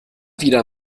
wieder